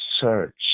search